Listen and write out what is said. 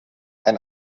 ein